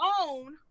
own